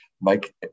Mike